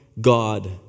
God